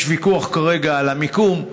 יש ויכוח כרגע על המיקום,